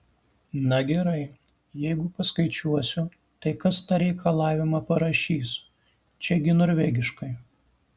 na gerai jeigu paskaičiuosiu tai kas tą reikalavimą parašys čia gi norvegiškai